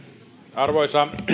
arvoisa